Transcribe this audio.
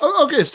Okay